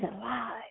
alive